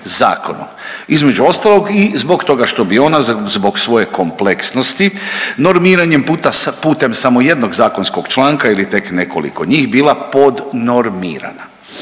između ostalog i zbog toga što bi ona zbog svoje kompleksnosti normiranje putem samo jednog zakonskog članka ili tek nekoliko njih bila podnormiranja.